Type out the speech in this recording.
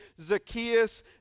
Zacchaeus